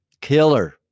killer